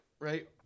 right